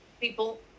People